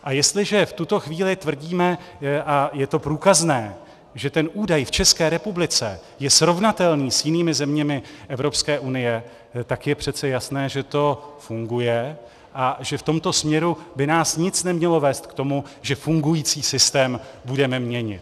A jestliže v tuto chvíli tvrdíme, a je to průkazné, že ten údaj v České republice je srovnatelný s jinými zeměmi Evropské unie, tak je přece jasné, že to funguje a že v tomto směru by nás nic nemělo vést k tomu, že fungující systém budeme měnit.